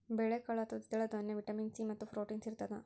ಬೇಳೆಕಾಳು ಅಥವಾ ದ್ವಿದಳ ದಾನ್ಯ ವಿಟಮಿನ್ ಸಿ ಮತ್ತು ಪ್ರೋಟೀನ್ಸ್ ಇರತಾದ